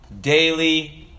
daily